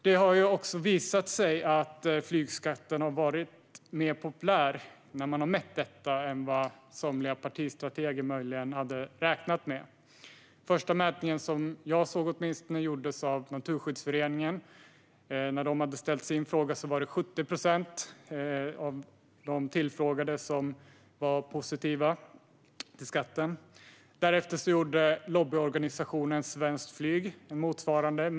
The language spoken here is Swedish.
Det har också i mätningar visat sig att flygskatten är populärare än vad somliga partistrateger möjligen hade räknat med. Den första mätning som jag såg gjordes av Naturskyddsföreningen. Där var det 70 procent av de tillfrågade som var positiva till skatten. Därefter gjorde lobbyorganisationen Svenskt Flyg en motsvarande undersökning.